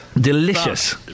Delicious